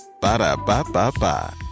Ba-da-ba-ba-ba